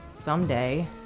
someday